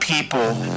people